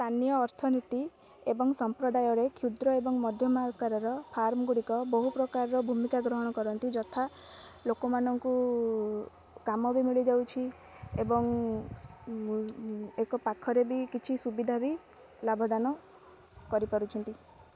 ସ୍ଥାନୀୟ ଅର୍ଥନୀତି ଏବଂ ସମ୍ପ୍ରଦାୟରେ କ୍ଷୁଦ୍ର ଏବଂ ମଧ୍ୟମ ଆକାରର ଫାର୍ମଗୁଡ଼ିକ ବହୁପ୍ରକାରର ଭୂମିକା ଗ୍ରହଣ କରନ୍ତି ଯଥା ଲୋକମାନଙ୍କୁ କାମ ବି ମିଳିଯାଉଛି ଏବଂ ଏକ ପାଖରେ ବି କିଛି ସୁବିଧା ବି ଲାଭଦାନ କରିପାରୁଛନ୍ତି